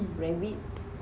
rabbit